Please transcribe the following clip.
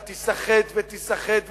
אתה תיסחט ותיסחט ותיסחט.